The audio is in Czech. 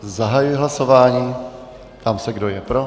Zahajuji hlasování, ptám se, kdo je pro.